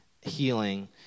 healing